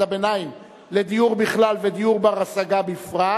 הביניים לדיור בכלל ולדיור בר-השגה בפרט,